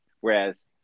Whereas